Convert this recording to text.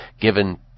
given